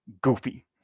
goofy